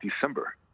December